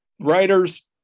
writers